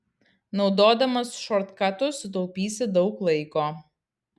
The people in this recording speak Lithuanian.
naudodamas šortkatus sutaupysi daug laiko